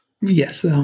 Yes